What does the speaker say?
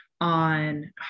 on